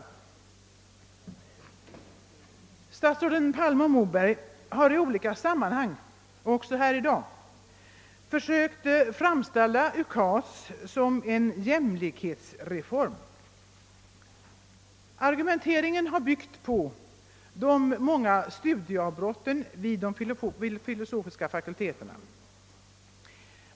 Statsråden Palme och Moberg har i olika sammanhang — och de kommer väl att göra det också här i dag — försökt framställa UKAS som en jämlikhetsreform. Argumenteringen har byggt på de många studieavbrotten vid de filosofiska fakulteterna.